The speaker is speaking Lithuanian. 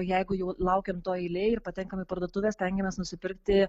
jeigu jau laukiam toj eilėj ir patenkam į parduotuvę stengiamės nusipirkti